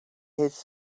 his